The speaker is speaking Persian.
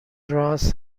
رآس